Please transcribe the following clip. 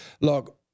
look